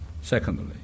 secondly